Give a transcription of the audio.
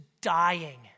dying